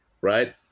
right